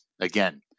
again